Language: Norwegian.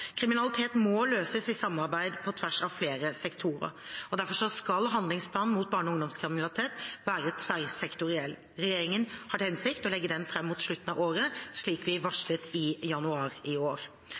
Kriminalitet må løses i samarbeid på tvers av flere sektorer. Derfor skal handlingsplanen mot barne- og ungdomskriminalitet være tverrsektoriell. Regjeringen har til hensikt å legge den fram mot slutten av året, slik vi